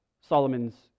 Solomon's